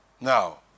Now